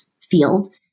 field